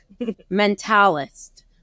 Mentalist